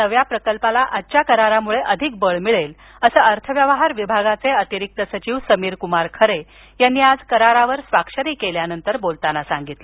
नव्या प्रकल्पाला आजच्या करारामुळे अधिक बळ मिळेल असं अर्थव्यवहार विभागाचे अतिरिक्त सचिव समीरकुमार खरे यांनी आज करारावर स्वाक्षरी केल्यानंतर बोलताना सांगितलं